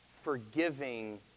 forgiving